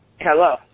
Hello